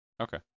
Okay